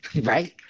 right